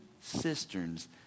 cisterns